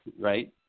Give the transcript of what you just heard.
right